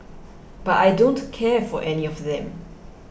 but I don't care for any of them